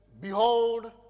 behold